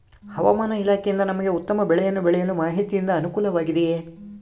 ಹವಮಾನ ಇಲಾಖೆಯಿಂದ ನಮಗೆ ಉತ್ತಮ ಬೆಳೆಯನ್ನು ಬೆಳೆಯಲು ಮಾಹಿತಿಯಿಂದ ಅನುಕೂಲವಾಗಿದೆಯೆ?